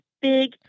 big